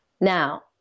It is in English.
Now